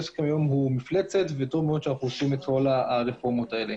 עסקים הוא מפלצת וטוב מאוד שאנחנו עושים את כל הרפורמות האלה.